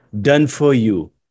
done-for-you